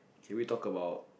can we talk about